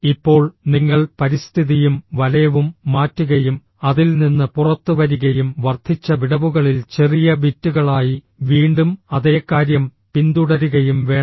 ഇപ്പോൾ നിങ്ങൾ പരിസ്ഥിതിയും വലയവും മാറ്റുകയും അതിൽ നിന്ന് പുറത്തുവരികയും വർദ്ധിച്ച വിടവുകളിൽ ചെറിയ ബിറ്റുകളായി വീണ്ടും അതേ കാര്യം പിന്തുടരുകയും വേണം